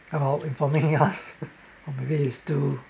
about informing us or maybe he's too